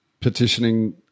petitioning